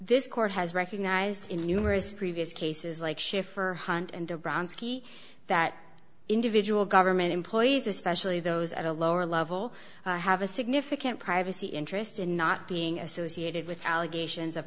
this court has recognized in numerous previous cases like schiffer hunt and a bronze key that individual government employees especially those at a lower level have a significant privacy interest in not being associated with allegations of